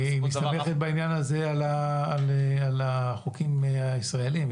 היא מסתכמת בעניין הזה על החוקים האזרחיים,